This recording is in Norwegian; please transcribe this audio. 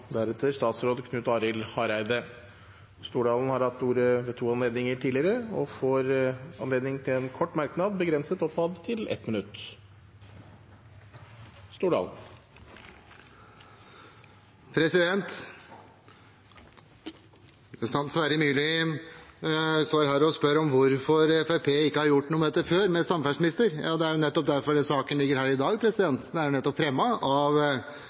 har hatt ordet to ganger tidligere og får ordet til en kort merknad, begrenset til 1 minutt. Representanten Sverre Myrli står her og spør om hvorfor Fremskrittspartiet – med samferdselsminister – ikke har gjort noe med dette før. Det er jo nettopp derfor denne saken ligger her i dag, den er fremmet av nettopp Jon Georg Dale, som var samferdselsminister for Fremskrittspartiet i regjeringen. Og det er nettopp derfor dette er ett av